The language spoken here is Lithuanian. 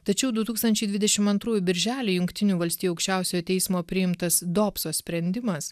tačiau du tūkstančiai dvidešim antrųjų birželį jungtinių valstijų aukščiausiojo teismo priimtas dopso sprendimas